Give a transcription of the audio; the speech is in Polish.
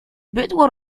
bydło